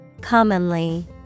Commonly